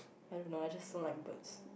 I don't know I just don't like birds